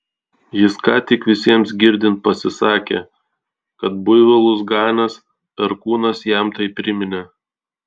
jis ką tik visiems girdint pasisakė kad buivolus ganęs perkūnas jam tai priminė